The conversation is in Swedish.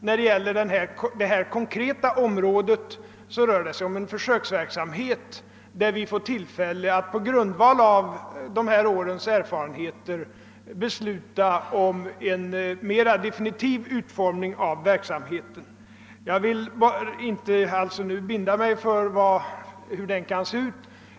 När det gäller detta konkreta område rör det sig om en försöksverksamhet, varigenom vi får tillfälle att på grundval av några års erfarenheter besluta om en mera definitiv utformning av verksamheten. Jag vill alltså inte nu binda mig för hur verksamheten skall utformas.